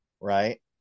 right